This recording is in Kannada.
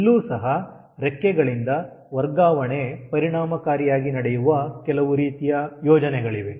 ಇಲ್ಲೂ ಸಹ ರೆಕ್ಕೆಗಳಿಂದ ವರ್ಗಾವಣೆ ಪರಿಣಾಮಕಾರಿಯಾಗಿ ನಡೆಯುವ ಕೆಲವು ರೀತಿಯ ಯೋಜನೆಗಳಿವೆ